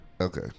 Okay